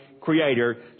creator